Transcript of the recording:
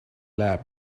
lab